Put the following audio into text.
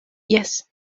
jes